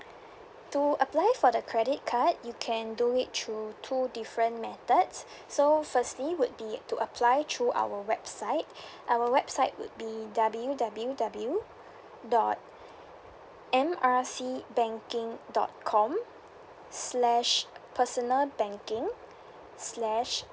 to apply for the credit card you can do it through two different methods so firstly would be to apply through our website our website would be W W W dot M R C banking dot com slash personal banking slash